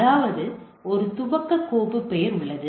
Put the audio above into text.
அதாவது ஒரு துவக்க கோப்பு பெயர் உள்ளது